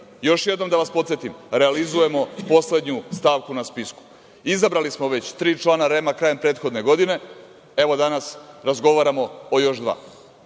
Još jednom da vas podsetim, realizujemo poslednju stavku na spisku. Izabrali smo već tri člana REM-a krajem prethodne godine, a evo danas razgovaramo o još dva. Ne